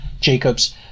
Jacobs